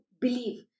believe